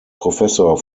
professor